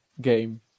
Game